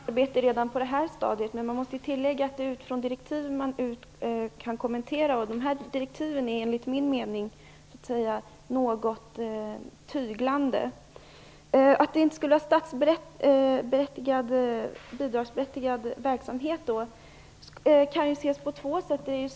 Fru talman! Självklart kan man inte döma ut kommissionens arbete redan på det här stadiet men det är direktiven man kan kommentera, och de här direktiven är enligt min mening något tyglande. Att det inte skulle vara bidragsberättigad verksamhet kan ses på två sätt.